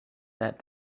that